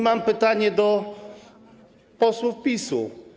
Mam pytanie do posłów PiS-u.